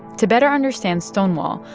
to better understand stonewall,